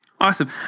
Awesome